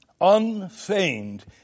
unfeigned